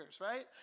right